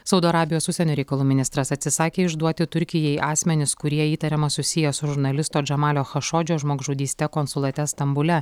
saudo arabijos užsienio reikalų ministras atsisakė išduoti turkijai asmenis kurie įtariama susiję su žurnalisto džamalio chašodžio žmogžudyste konsulate stambule